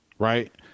right